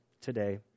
today